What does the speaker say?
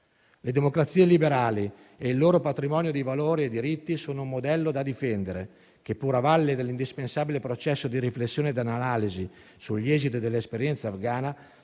Le democrazie liberali e il loro patrimonio di valori e diritti sono un modello da difendere, che, pur a valle dall'indispensabile processo di riflessione e di analisi sugli esiti dell'esperienza afghana,